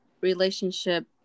relationship